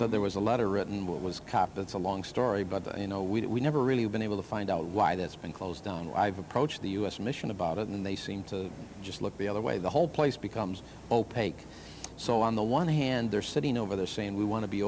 said there was a lot of written what was cop it's a long story but you know we never really been able to find out why that's been closed down i've approached the u s mission about it and they seem to just look the other way the whole place becomes opaque so on the one hand they're sitting over there saying we want to be